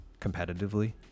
competitively